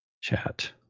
Chat